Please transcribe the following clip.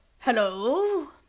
Hello